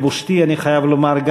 לבושתי אני חייב לומר,